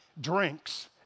drinks